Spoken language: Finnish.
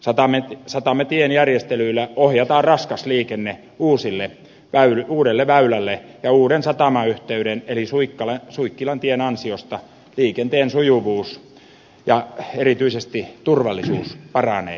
satamateiden järjestelyillä ohjataan raskas liikenne uudelle väylälle ja uuden satamayhteyden eli suikkilantien ansiosta liikenteen sujuvuus ja erityisesti turvallisuus paranee